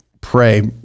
pray